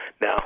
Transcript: Now